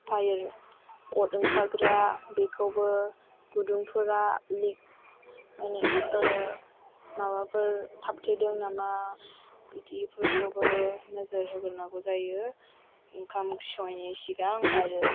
fire अर ओंखारग्रा बेखौबो गुदुंफोरा लिक माने माबाफोर थाबथेदों नामा बिदिफोरखौबो नोजोर होग्रोनांगौ जायो ओंखाम ओंख्रि संनायनि सिगां आरो